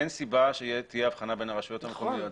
אין סיבה שתהיה הבחנה בין הרשויות המקומיות,